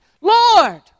Lord